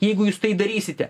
jeigu jūs tai darysite